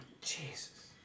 Jesus